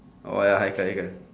oh ya high hiker hiker